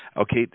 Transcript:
okay